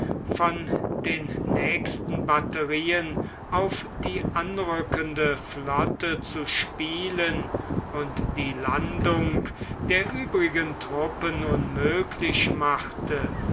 von den nächsten batterien auf die anrückende flotte zu spielen und die landung der übrigen truppen unmöglich machte